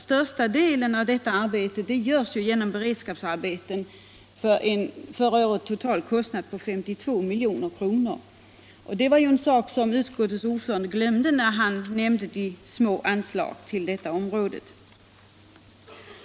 Största delen av detta arbete utförs nämligen i form av beredskapsarbeten för en total kostnad på 52 milj.kr. Det var något som utskottets ordförande glömde när han nämnde de små anslagen till detta område.